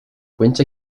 winter